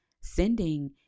sending